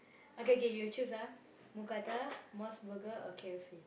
okay K you choose ah mookata Mos-Burger or K_F_C